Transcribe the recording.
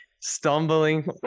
stumbling